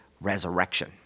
resurrection